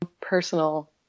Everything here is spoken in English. personal